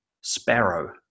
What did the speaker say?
sparrow